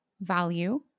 value